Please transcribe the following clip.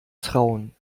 trauen